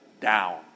down